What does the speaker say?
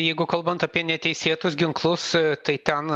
jeigu kalbant apie neteisėtus ginklus tai ten